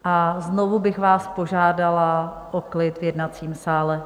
A znovu bych vás požádala o klid v jednacím sále.